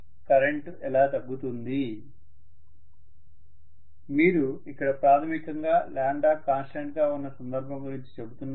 professor మీరు ఇక్కడ ప్రాథమికంగా లాంబ్డా కాన్స్టెంట్ గా ఉన్న సందర్భం గురించి చెబుతున్నారు